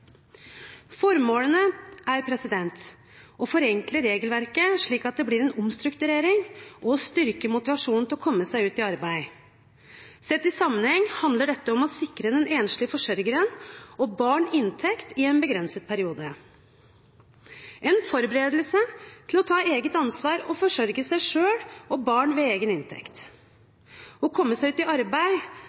praktisere. Formålet er å forenkle regelverket slik at det blir en omstrukturering, og å styrke motivasjonen til å komme seg ut i arbeid. Sett i sammenheng handler dette om å sikre den enslige forsørgeren og barn inntekt i en begrenset periode. Det er en forberedelse til å ta eget ansvar og forsørge seg selv og barn ved egen inntekt. Å komme seg ut i arbeid